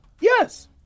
yes